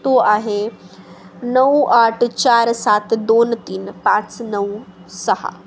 तो आहे नऊ आठ चार सात दोन तीन पाच नऊ सहा